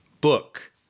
book